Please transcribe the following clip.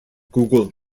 google